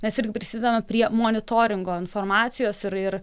mes irgi prisidedame prie monitoringo informacijos ir ir